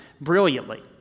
brilliantly